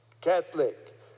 Catholic